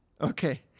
Okay